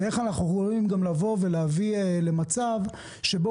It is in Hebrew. ואיך אנחנו יכולים לבוא ולהביא למצב שבו